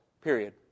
period